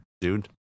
dude